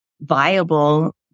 viable